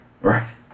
Right